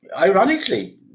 Ironically